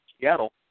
Seattle